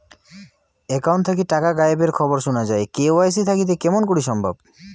Account থাকি টাকা গায়েব এর খবর সুনা যায় কে.ওয়াই.সি থাকিতে কেমন করি সম্ভব?